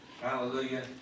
Hallelujah